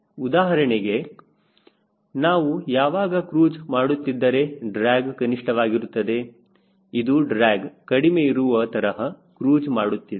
ಉದಾಹರಣೆಗೆ ನಾನು ಇವಾಗ ಕ್ರೂಜ್ ಮಾಡುತ್ತಿದ್ದರೆ ಡ್ರ್ಯಾಗ್ ಕನಿಷ್ಠ ವಾಗಿರುತ್ತದೆ ಇದು ಡ್ರ್ಯಾಗ್ ಕಡಿಮೆ ಇರುವ ತರಹ ಕ್ರೂಜ್ ಮಾಡುತ್ತಿದೆ